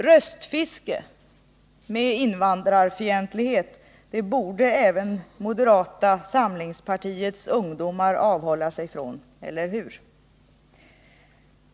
Röstfiske med invandrarfientlighet borde även moderata samlingspartiets ungdomar avhålla sig från — eller hur?